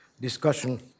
discussion